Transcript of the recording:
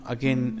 Again